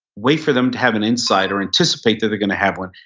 wait for them to have an insight or anticipate that they're going to have one,